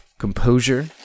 Composure